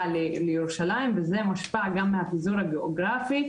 לירושלים וזה מושפע גם מהפיזור הגיאוגרפי,